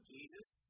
Jesus